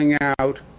out